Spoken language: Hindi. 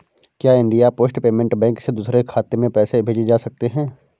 क्या इंडिया पोस्ट पेमेंट बैंक से दूसरे खाते में पैसे भेजे जा सकते हैं?